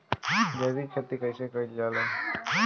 जैविक खेती कईसे कईल जाला?